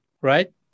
right